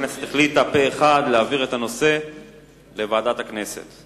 הכנסת החליטה פה אחד להעביר את הנושא לוועדת הכנסת.